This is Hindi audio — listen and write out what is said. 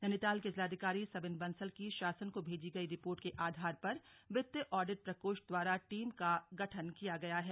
नैनीताल के जिलाधिकारी सविन बंसल की शासन को भेजी गई रिपोर्ट के आधार पर वित्त ऑडिट प्रकोष्ठ द्वारा टीम का गठन किया गया है